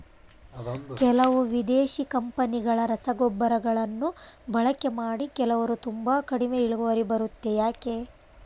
ಕೆಲವು ವಿದೇಶಿ ಕಂಪನಿಗಳ ರಸಗೊಬ್ಬರಗಳನ್ನು ಬಳಕೆ ಮಾಡಿ ಕೆಲವರು ತುಂಬಾ ಕಡಿಮೆ ಇಳುವರಿ ಬರುತ್ತೆ ಯಾಕೆ?